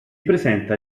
presenta